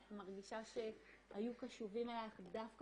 את מרגישה שהיו קשובים אלייך דווקא